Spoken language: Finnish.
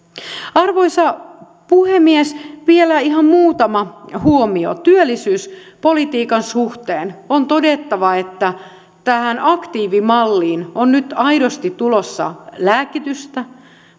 arvoisa puhemies vielä ihan muutama huomio työllisyyspolitiikan suhteen on todettava että tähän aktiivimalliin on nyt aidosti tulossa lääkitystä